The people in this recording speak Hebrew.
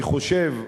אני חושב,